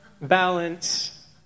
balance